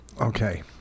Okay